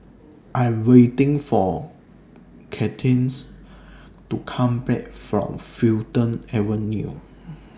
I Am waiting For Cadence to Come Back from Fulton Avenue